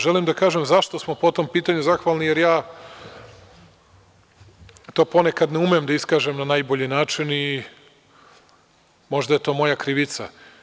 Želim da kažem zašto smo po tom pitanju zahvalni, jer ja to ponekad ne umem da iskažem na najbolji način i možda je to moja krivica.